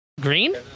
Green